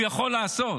הוא יכול לעשות,